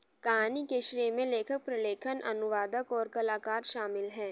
कहानी के श्रेय में लेखक, प्रलेखन, अनुवादक, और कलाकार शामिल हैं